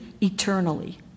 eternally